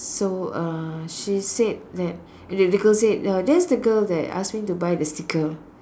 so uh she said that the the girl said uh that's the girl that ask me to buy the sticker